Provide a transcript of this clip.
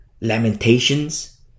Lamentations